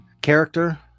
character